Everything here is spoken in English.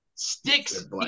Sticks